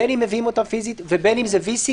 בין אם מביאים אותם פיזית ובין אם זה VC,